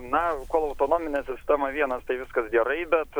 na kol autonominėj sistemoj vienas tai viskas gerai bet